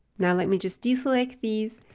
now let me just deselect these,